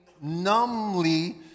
numbly